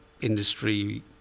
industry